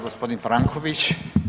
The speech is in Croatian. G. Franković.